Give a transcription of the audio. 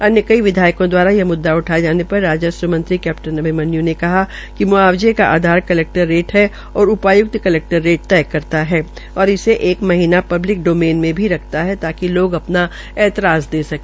अन्य कई विधायकों द्वारा यह म्द्दा उठाये जाने पर राजस्व मंत्री कैप्टन अभिमन्यू ने कहा कि मुआवजे का आधार कलेक्टर रेट है और उपायुक्त कलैक्टर रेट तय करता है और एक महीना पब्लिक डोमेन में भी रखता है ताकि लोग अपना ऐतराज दे सके